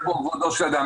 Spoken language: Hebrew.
בגופו או בכבודו של אדם,